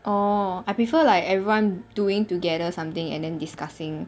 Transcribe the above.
orh I prefer like everyone doing together something and then discussing